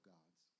God's